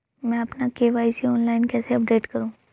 मैं अपना KYC online कैसे अपडेट करूँ?